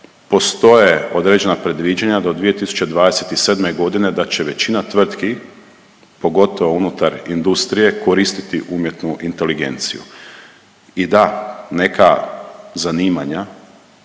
postoje određena predviđanja do 2027.g. da će većina tvrtki, pogotovo unutar industrije koristiti umjetnu inteligenciju, i da, neka zanimanja